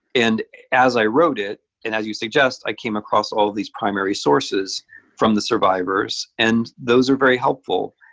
and as i wrote it, and as you suggest, i came across all of these primary sources from the survivors. and those are very helpful,